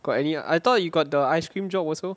got any I thought you got the ice cream job also